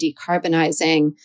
decarbonizing